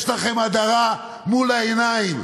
יש לכם הדרה מול העיניים.